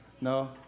No